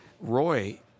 Roy